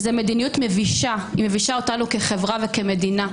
זאת מדיניות מבישה שמביישת אותנו כמדינה וכחברה.